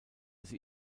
sie